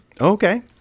Okay